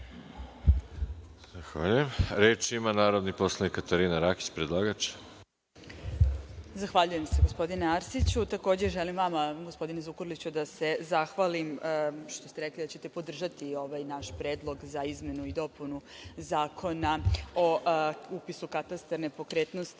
ima narodni poslanik Katarina Rakić, predlagač. **Katarina Rakić** Zahvaljujem se gospodine Arsiću. Takođe želim vama gospodine Zukorliću da se zahvalim što ste rekli da ćete podržati ovaj naš Predlog za izmenu i dopunu Zakona o upisu u Katastar nepokretnosti